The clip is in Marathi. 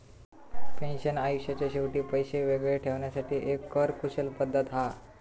पेन्शन आयुष्याच्या शेवटी पैशे वेगळे ठेवण्यासाठी एक कर कुशल पद्धत हा